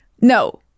no